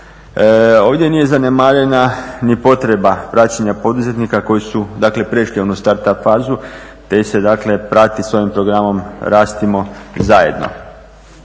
Ovdje nije zanemarena ni potreba praćenja poduzetnika koji su, dakle prešli onu start up fazu, te se dakle prati sa ovim programom Rastimo zajedno.